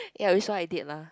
ya which is what I did lah